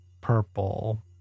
purple